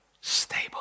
stable